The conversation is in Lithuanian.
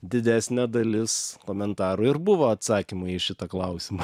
didesnė dalis komentarų ir buvo atsakymų į šitą klausimą